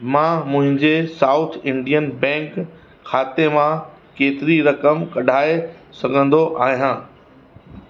मां मुंहिंजे South Indian Bank खाते मां केतिरी रक़म कढाए सघंदो आहियां